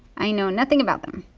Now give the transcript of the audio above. i know nothing about them.